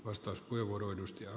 arvoisa puhemies